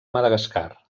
madagascar